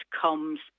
comes